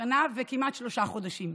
כמעט שנה ושלושה חודשים.